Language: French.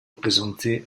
présenté